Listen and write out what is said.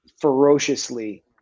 ferociously